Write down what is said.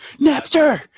Napster